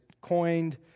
coined